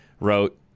wrote